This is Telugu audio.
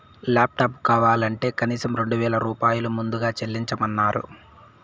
లాప్టాప్ కావాలంటే కనీసం రెండు వేల రూపాయలు ముందుగా చెల్లించమన్నరు